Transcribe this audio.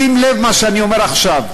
שים לב מה אני אומר עכשיו,